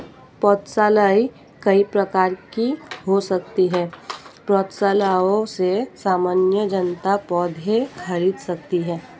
पौधशालाएँ कई प्रकार की हो सकती हैं पौधशालाओं से सामान्य जनता पौधे खरीद सकती है